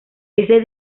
ese